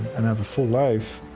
and have a full life.